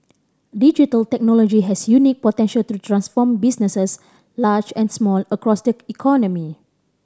digital technology has unique potential to transform businesses large and small across the economy